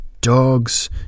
Dogs